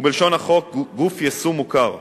ובלשון החוק: גוף יישום מוכר.